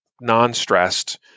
non-stressed